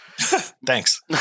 Thanks